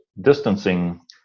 distancing